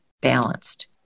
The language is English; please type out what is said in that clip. balanced